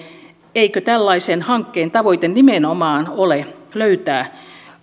eikö tällaisen hankkeen tavoite nimenomaan ole löytää